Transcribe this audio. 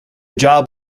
job